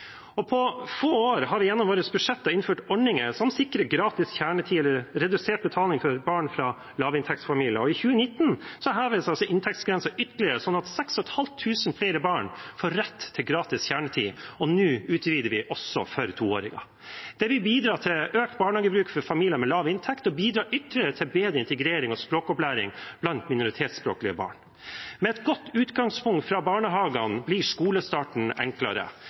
På få år har vi gjennom våre budsjetter innført ordninger som sikrer gratis kjernetid eller redusert betaling for barn fra lavinntektsfamilier. I 2019 heves altså inntektsgrensen ytterligere, sånn at 6 500 flere barn får rett til gratis kjernetid, og nå utvider vi også for 2-åringer. Det vil bidra til økt barnehagebruk for familier med lav inntekt og bidra ytterligere til bedre integrering og språkopplæring blant minoritetsspråklige barn. Med et godt utgangspunkt fra barnehagene blir skolestarten enklere,